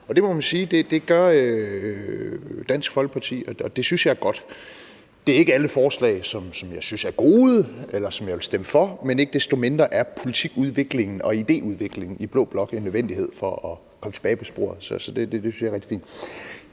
det gør Dansk Folkeparti, og det synes jeg er godt. Det er ikke alle forslag, som jeg synes er gode, eller som jeg vil stemme for, men ikke desto mindre er politikudvikling og idéudvikling i blå blok en nødvendighed for at komme tilbage på sporet. Så det synes jeg er rigtig fint.